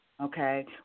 Okay